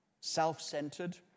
self-centered